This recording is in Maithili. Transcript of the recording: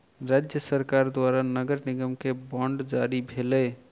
राज्य सरकार द्वारा नगर निगम के बांड जारी भेलै